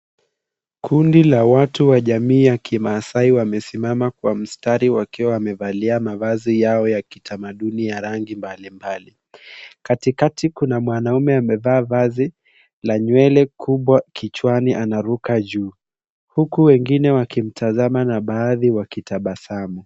Kundi la watu wa jamii ya kimaasai wamesimama kwa mstari wakiwa wamevalia mavazi yao ya kitamaduni ya rangi mbalimbali. Katikati kuna mwanaume amevaa vazi la nywele kubwa kichwani anaruka juu. Huku wengine wakimtazama na baadhi wakitabasamu.